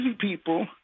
people